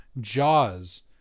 jaws